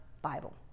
Bible